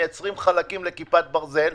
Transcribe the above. מייצרים חלקים לכיפת ברזל.